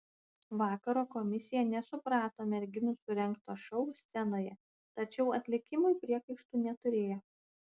vakaro komisija nesuprato merginų surengto šou scenoje tačiau atlikimui priekaištų neturėjo